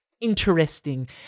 interesting